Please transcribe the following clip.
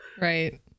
Right